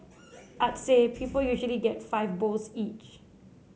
I'd say people usually get five bowls each